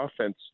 offense